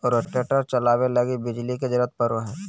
rotator चलावे लगी बिजली के जरूरत पड़ो हय